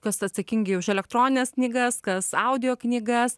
kas atsakingi už elektronines knygas kas audio knygas